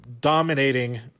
dominating